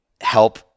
help